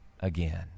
Again